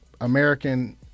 American